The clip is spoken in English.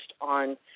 on